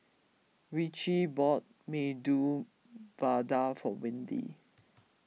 Richie bought Medu Vada for Windy